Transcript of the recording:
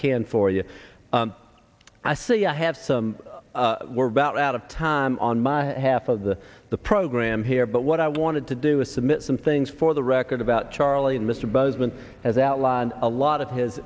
can for you i see i have some we're about out of time on my half of the the program here but what i wanted to do is submit some things for the record about charlie and mr bozeman has outlined a lot of his